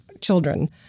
children